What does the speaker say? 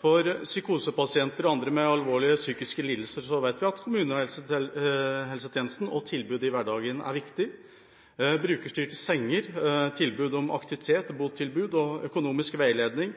For psykosepasienter og andre med alvorlige psykiske lidelser vet vi at kommunehelsetjenesten og tilbudet i hverdagen er viktig. Brukerstyrte senger, tilbud om aktivitet og botilbud, økonomisk veiledning